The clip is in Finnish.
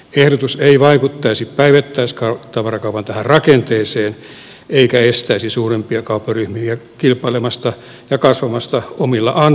ehdotus ei vaikuttaisi päivittäistavarakaupan rakenteeseen eikä estäisi suurempia kaupparyhmiä kilpailemasta ja kasvamasta omilla ansioillaan